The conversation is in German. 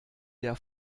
der